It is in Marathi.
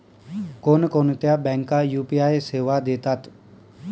कोणकोणत्या बँका यू.पी.आय सेवा देतात?